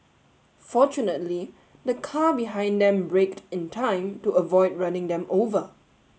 fortunately the car behind them braked in time to avoid running them over